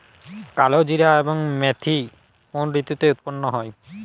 কালোজিরা এবং মেথি কোন ঋতুতে উৎপন্ন হয়?